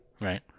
Right